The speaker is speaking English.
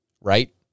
right